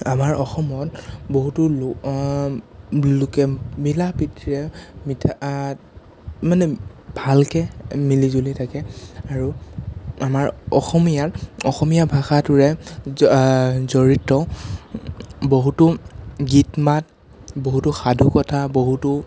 আমাৰ অসমত বহুতো লোক লোকে মিলাপ্ৰীতিৰে মিঠা মানে ভালকৈ মিলিজুলি থাকে আৰু আমাৰ অসমীয়াত অসমীয়া ভাষাটোৰে জড়িত বহুতো গীত মাত বহুতো সাধু কথা বহুতো